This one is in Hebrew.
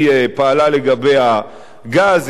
היא פעלה לגבי הגז,